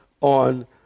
on